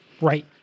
Right